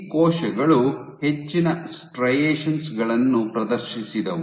ಈ ಕೋಶಗಳು ಹೆಚ್ಚಿನ ಸ್ಟ್ರೈಯೆಶೆನ್ ಗಳನ್ನು ಪ್ರದರ್ಶಿಸಿದವು